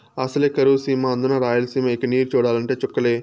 అసలే కరువు సీమ అందునా రాయలసీమ ఇక నీరు చూడాలంటే చుక్కలే